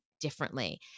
differently